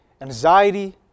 anxiety